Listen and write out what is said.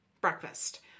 breakfast